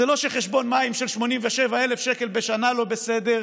זה לא שחשבון מים של 87,000 אלף שקלים בשנה זה לא בסדר,